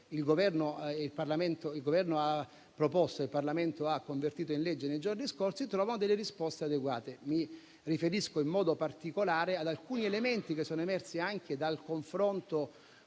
il Governo ha proposto e che il Parlamento ha convertito in legge nei giorni scorsi. Mi riferisco in modo particolare ad alcuni elementi che sono emersi anche dal confronto